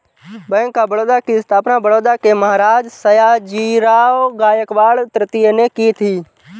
bank of Baroda की स्थापना बड़ौदा के महाराज सयाजीराव गायकवाड तृतीय ने की थी